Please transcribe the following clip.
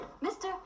Mister